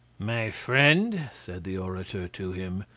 my friend, said the orator to him,